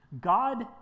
God